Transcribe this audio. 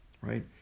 right